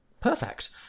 Perfect